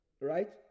right